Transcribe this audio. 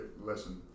listen